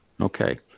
Okay